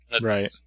Right